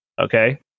okay